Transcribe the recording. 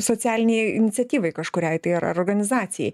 socialinei iniciatyvai kažkuriai tai ar organizacijai